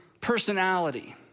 personality